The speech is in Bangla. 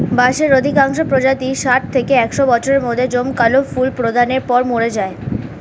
বাঁশের অধিকাংশ প্রজাতিই ষাট থেকে একশ বছরের মধ্যে জমকালো ফুল প্রদানের পর মরে যায়